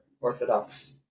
Orthodox